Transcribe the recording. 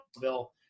Bill